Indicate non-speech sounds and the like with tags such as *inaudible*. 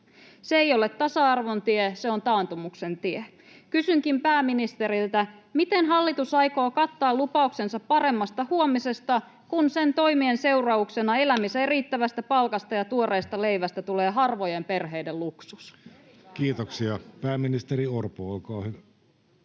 Se ei ole tasa-arvon tie, se on taantumuksen tie. Kysynkin pääministeriltä: miten hallitus aikoo kattaa lupauksensa paremmasta huomisesta, kun sen toimien seurauksena *noise* elämiseen riittävästä palkasta ja tuoreesta leivästä tulee harvojen perheiden luksus? Kiitoksia. — Pääministeri Orpo, olkaa hyvä.